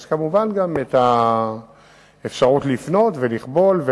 יש, כמובן, גם אפשרות לפנות ולקבול.